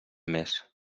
més